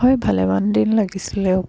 হয় ভালেমান দিন লাগিছিলেও